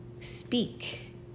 speak